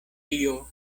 tio